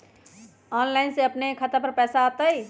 Online से अपने के खाता पर पैसा आ तई?